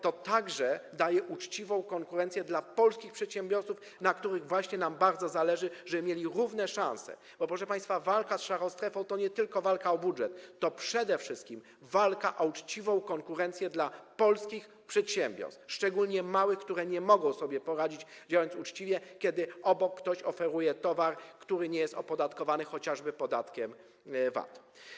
To także umożliwia uczciwą konkurencję polskim przedsiębiorcom, na których właśnie nam bardzo zależy, chodzi o to, żeby mieli równe szanse, bo proszę państwa, walka z szarą strefą to nie tylko walka o budżet, to przede wszystkim walka o zapewnienie uczciwej konkurencji polskim przedsiębiorstwom, szczególnie małym, które nie mogą sobie poradzić, działając uczciwie, kiedy obok ktoś oferuje towar, który nie jest opodatkowany chociażby podatkiem VAT.